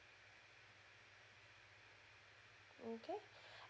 okay